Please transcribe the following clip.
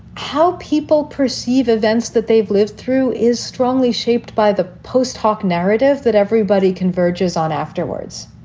how people perceive events that they've lived through is strongly shaped by the post hoc narrative that everybody converges on afterwards.